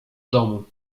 domu